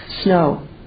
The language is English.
snow